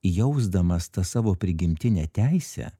jausdamas tą savo prigimtinę teisę